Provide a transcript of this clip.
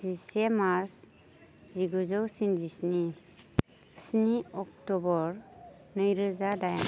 जिसे मार्च जिगुजौ स्निजिस्नि स्नि अक्ट'बर नैरोजा डाइन